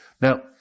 Now